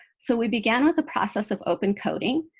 so we began with a process of open coding,